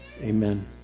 Amen